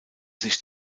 sich